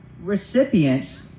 recipients